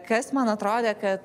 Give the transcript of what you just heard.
kas man atrodė kad